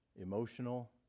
emotional